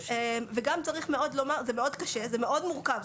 צריך גם לומר: זה מאוד קשה ומאוד מורכב.